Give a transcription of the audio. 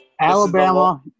Alabama